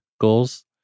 goals